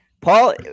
Paul